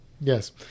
yes